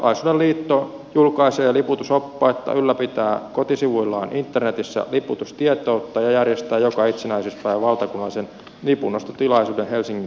suomalaisuuden liitto julkaisee liputusoppaita ylläpitää kotisivuillaan internetissä liputustietoutta ja järjestää joka itsenäisyyspäivä valtakunnallisen lipunnostotilaisuuden helsingin tähtitorninmäellä